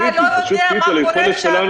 הוא פשוט קריטי ליכולת שלנו